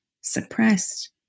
suppressed